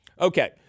Okay